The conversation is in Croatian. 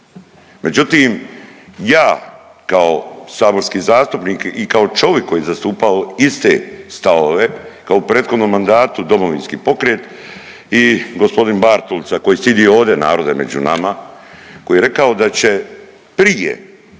Međutim, ja kao saborski zastupnik i kao čovik koji je zastupao iste stavove kao u prethodnom mandatu DP i g. Bartulica koji sidi ovdje narode među nama, koji je rekao da će prije